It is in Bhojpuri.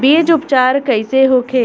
बीज उपचार कइसे होखे?